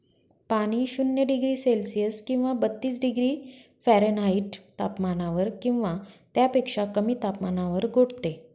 पाणी शून्य degree Celsius किंवा बत्तीस डिग्री फॅरेनहाईट तापमानावर किंवा त्यापेक्षा कमी तापमानावर गोठते